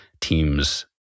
team's